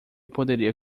poderia